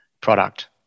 product